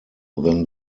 than